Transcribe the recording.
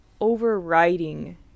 overriding